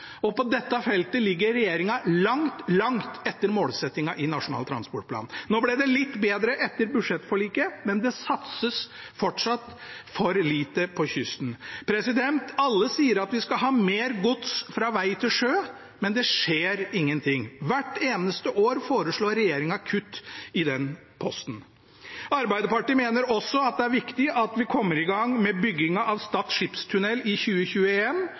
og på dette feltet ligger regjeringen langt, langt etter målsettingen i Nasjonal transportplan. Nå ble det litt bedre etter budsjettforliket, men det satses fortsatt for lite på kysten. Alle sier at vi skal ha mer gods fra veg til sjø, men det skjer ingenting. Hvert eneste år foreslår regjeringen kutt i den posten. Arbeiderpartiet mener også det er viktig at vi kommer i gang med byggingen av Stad skipstunnel i